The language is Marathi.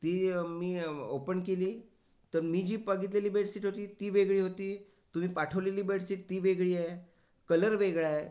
ती मी ओपन केली तर मी जी बघितलेली बेडसीट होती ती वेगळी होती तुम्ही पाठवलेली बेडसीट ती वेगळी आहे कलर वेगळा आहे